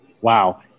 Wow